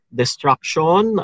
destruction